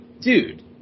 dude